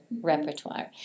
repertoire